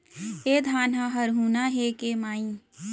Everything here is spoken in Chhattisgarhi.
ए धान ह हरूना हे के माई?